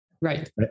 Right